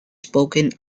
spoken